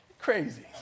crazy